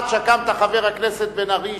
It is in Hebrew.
חבר הכנסת בן-ארי,